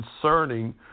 concerning